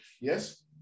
Yes